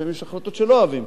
לפעמים יש החלטות שלא אוהבים.